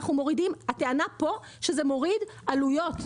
הטענה פה שזה מוריד עלויות.